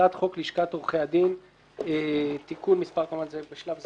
הצעת חוק לשכת עורכי הדין (תיקון מס' כמובן בשלב זה